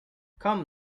come